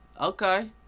Okay